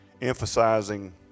emphasizing